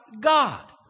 God